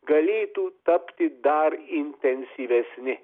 galėtų tapti dar intensyvesni